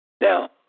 Now